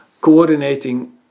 coordinating